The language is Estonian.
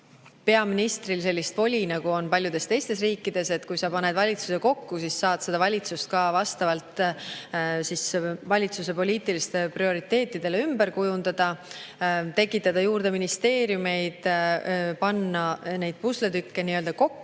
peaministril sellist voli, nagu on paljudes teistes riikides, et kui sa paned valitsuse kokku, siis saad seda valitsust ka vastavalt valitsuse poliitilistele prioriteetidele ümber kujundada, tekitada ministeeriume juurde ja panna neid pusletükke kokku.